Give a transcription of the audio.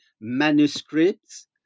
manuscripts